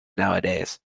nowadays